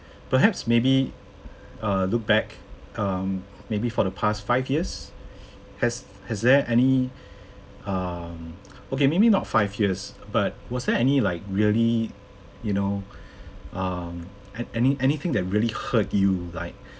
perhaps maybe uh look back um maybe for the past five years has has there any um okay maybe not five years but was there any like really you know um an~ any anything that really hurt you like